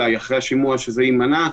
חלק מהשיח היה כמה פניות יהיו אליהם,